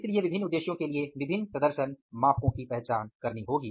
इसलिए विभिन्न उद्देश्यों के लिए विभिन्न प्रदर्शन मापको की पहचान करनी होगी